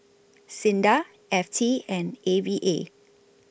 SINDA F T and A V A